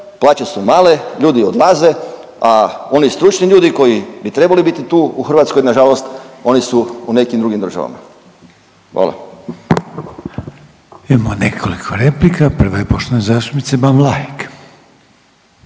plaće su male, ljudi odlaze a oni stručni ljudi koji bi trebali biti tu u Hrvatskoj na žalost oni su u nekim drugim Državama. Hvala. **Reiner, Željko (HDZ)** Imamo nekoliko replika. Prva je poštovane zastupnice Ban Vlahek.